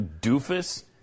doofus